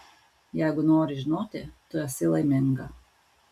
jeigu nori žinoti tu esi laiminga